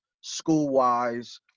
school-wise